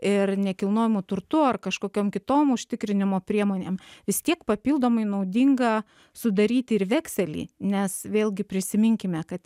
ir nekilnojamu turtu ar kažkokiom kitom užtikrinimo priemonėm vis tiek papildomai naudinga sudaryti ir vekselį nes vėlgi prisiminkime kad